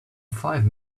five